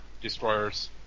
destroyers